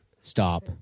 Stop